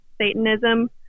Satanism